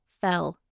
fell